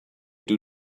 due